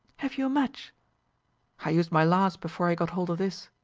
have you a match? i used my last before i got hold of this.